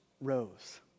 rose